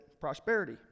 prosperity